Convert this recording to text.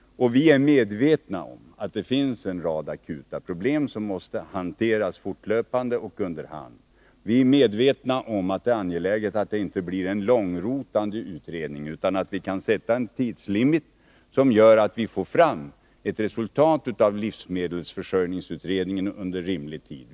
Vi är medvetna om att det finns en rad akuta problem som måste hanteras fortlöpande och under hand. Det är angeläget att det inte blir en långrotande utredning, utan att vi kan sätta en tidslimit som gör att vi får fram ett resultat av livsmedelsförsörjningsutredningen inom rimlig tid.